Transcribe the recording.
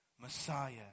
Messiah